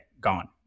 gone